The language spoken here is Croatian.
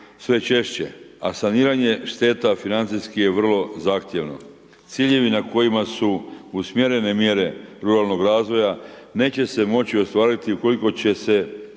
sve češće a saniranje šteta financijski je vrlo zahtjevno. Ciljevi na kojima su usmjerene mjere ruralnog razvoja neće se moći ostvariti ukoliko će se zadržati